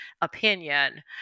opinion